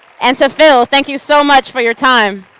and to phil! thank you so much for your time.